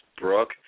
Brooke